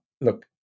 look